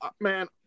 man